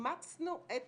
אימצנו את